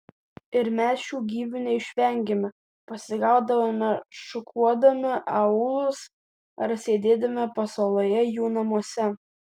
ir mes šių gyvių neišvengėme pasigaudavome šukuodami aūlus ar sėdėdami pasaloje jų namuose